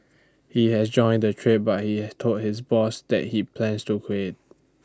he has joined the trade but he has told his boss that he plans to quit